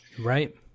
Right